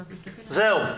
זהו.